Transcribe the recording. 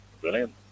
brilliant